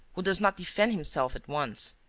who does not defend himself at once.